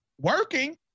working